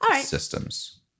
systems